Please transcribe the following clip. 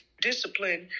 discipline